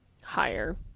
higher